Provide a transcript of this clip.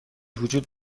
وجود